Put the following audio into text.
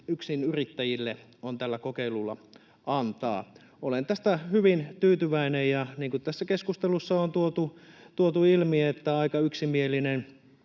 yksinyrittäjille on tällä kokeilulla antaa. Olen tästä hyvin tyytyväinen, ja niin kuin tässä keskustelussa on tuotu ilmi, aika yksimielinen